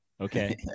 Okay